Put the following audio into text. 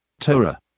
Torah